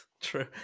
True